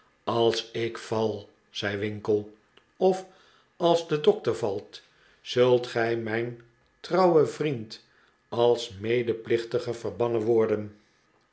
als ik val zei winkle of als de dokter valt zult gij mijn trouwe vriend als medeplichtige verbannen worden